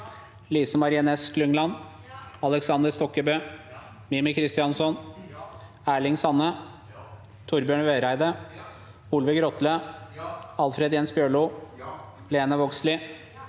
Lisa Marie Ness Klungland, Aleksander Stokkebø, Mímir Kristjánsson, Erling Sande, Torbjørn Vereide, Olve Grotle, Alfred Jens Bjørlo, Lene Vågslid,